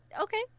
okay